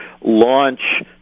launch